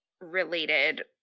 related